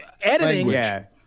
Editing